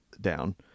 down